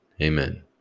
Amen